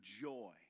joy